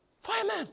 fireman